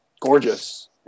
gorgeous